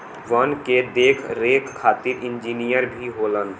वन के देख रेख खातिर इंजिनियर भी होलन